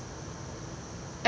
and